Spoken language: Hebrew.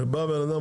הרי בא בן אדם,